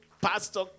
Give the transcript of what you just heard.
pastor